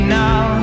now